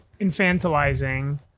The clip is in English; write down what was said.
infantilizing